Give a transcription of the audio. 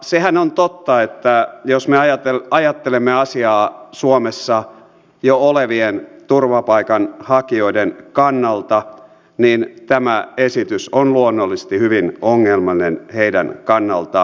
sehän on totta että jos me ajattelemme asiaa suomessa jo olevien turvapaikanhakijoiden kannalta niin tämä esitys on luonnollisesti hyvin ongelmallinen heidän kannaltaan